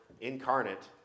incarnate